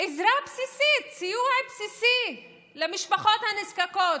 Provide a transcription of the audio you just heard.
עזרה בסיסית, סיוע בסיסי למשפחות הנזקקות